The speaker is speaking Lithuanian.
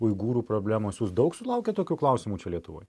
uigūrų problemos jūs daug sulaukiat tokių klausimų čia lietuvoj